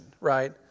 right